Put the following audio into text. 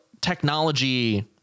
technology